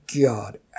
god